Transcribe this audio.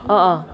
a'ah